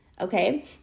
Okay